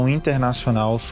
Internacional